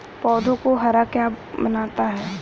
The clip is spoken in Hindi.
पौधों को हरा क्या बनाता है?